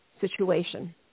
situation